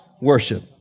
worship